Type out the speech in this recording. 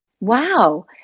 Wow